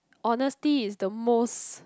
honesty is the most